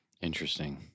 Interesting